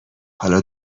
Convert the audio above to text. حالا